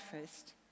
first